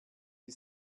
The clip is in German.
die